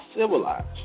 civilized